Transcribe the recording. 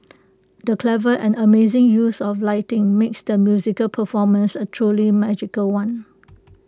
the clever and amazing use of lighting makes the musical performance A truly magical one